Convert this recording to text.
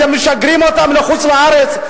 אתם משגרים אותם לחוץ-לארץ.